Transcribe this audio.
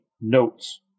notes